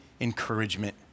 encouragement